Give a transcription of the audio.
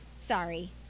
Sorry